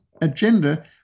agenda